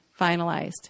finalized